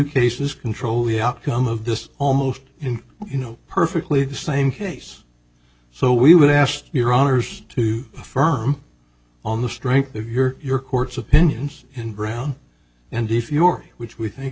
cases control the outcome of this almost in you know perfectly the same case so we would ask your honour's to affirm on the strength of your court's opinions and brown and if your which we think